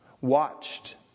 Watched